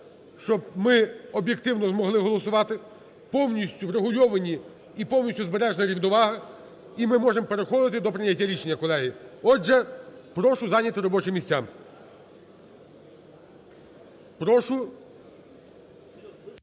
Щоб ми об'єктивно змогли голосувати, повністю врегульовані і повністю збережена рівновага. І ми можемо переходити до прийняття рішення, колеги. Отже, прошу зайняти робочі місця.